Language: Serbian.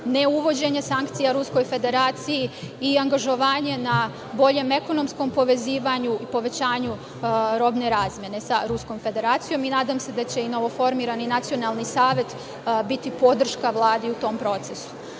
ne uvođenje sankcija Ruskoj federaciji i angažovanje na boljem ekonomskom povezivanju i povećanju robne razmene sa Ruskom federacijom. Nadam se da će i novoformirani Nacionalni savet biti podrška Vladi u tom procesu. Želim